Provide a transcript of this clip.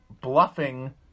bluffing